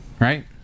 Right